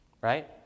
Right